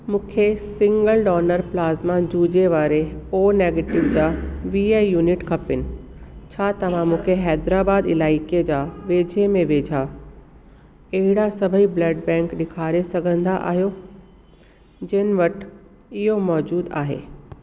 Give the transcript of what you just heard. मूंखे single donor plasma जूज़े वारे ओ नेगिटिव जा वीह यूनिट खपनि छा तव्हां मूंखे हैदराबाद इलाइके जा वेझे में वेझा अहिड़ा सभई ब्लड बैंक ॾेखारे सघंदा आहियो जंहिं वटि इहो मौज़ूदु आहे